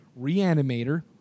Reanimator